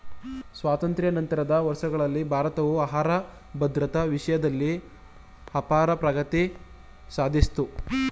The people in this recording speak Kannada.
ಸ್ವಾತಂತ್ರ್ಯ ನಂತರದ ವರ್ಷಗಳಲ್ಲಿ ಭಾರತವು ಆಹಾರ ಭದ್ರತಾ ವಿಷಯ್ದಲ್ಲಿ ಅಪಾರ ಪ್ರಗತಿ ಸಾದ್ಸಿತು